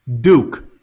Duke